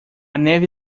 neve